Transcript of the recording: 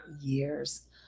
years